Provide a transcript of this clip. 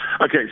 Okay